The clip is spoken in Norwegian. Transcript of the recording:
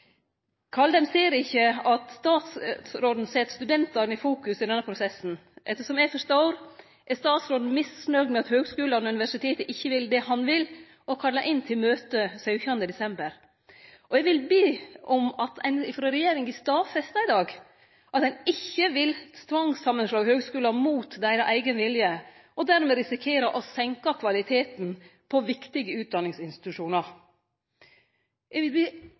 nedslåande. Dei fekk tydeleg inntrykk av at statssekretæren la opp til tvangssamanslåing for høgskulen. Kaldheim ser ikkje at statsråden set studentane i fokus i denne prosessen. Etter kva eg forstår, er statsråden misnøgd med at høgskulane og universiteta ikkje vil det han vil, og kallar inn til møte den 17. desember, og eg vil be om at ein frå regjeringa stadfestar i dag at ein ikkje vil slå saman høgskular med tvang, mot deira eigen vilje, og dermed risikerer å senke kvaliteten